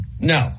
no